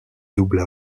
double